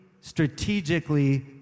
strategically